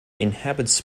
inhabits